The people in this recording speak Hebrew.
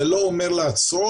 זה לא אומר לעצור.